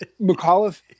McAuliffe